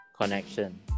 connection